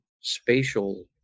spatial